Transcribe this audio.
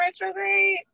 retrograde